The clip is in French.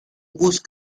rousse